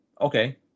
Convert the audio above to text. Okay